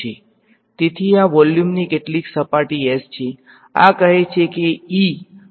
તેથી આ વોલ્યુમની કેટલીક સપાટી S છે આ કહે છે કે E આ સપાટી પર ટેંજેંશીયલ છે